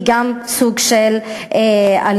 גם אלה סוג של אלימות.